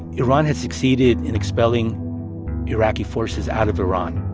iran had succeeded in expelling iraqi forces out of iran